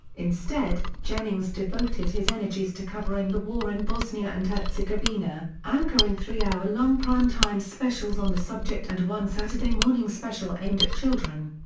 instead, jennings devoted his energies to covering the war in bosnia and herzegovina, anchoring three hour-long prime time specials on the subject and one saturday-morning special aimed at children.